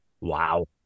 Wow